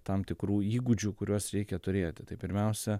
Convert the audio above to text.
tam tikrų įgūdžių kuriuos reikia turėti tai pirmiausia